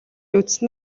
үзсэн